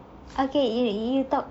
okay you you you talk